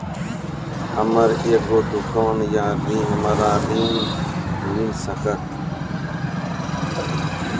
हमर एगो दुकान या हमरा ऋण मिल सकत?